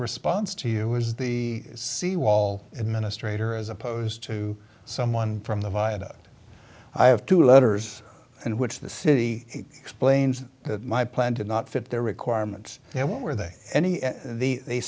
response to you was the seawall administrator as opposed to someone from the viaduct i have two letters in which the city explains that my plan did not fit their requirements and what were they any the